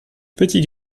petit